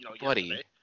Buddy